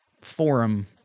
forum